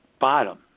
bottom